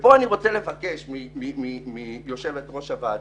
פה אני רוצה לבקש מיושבת-ראש הוועדה: